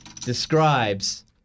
describes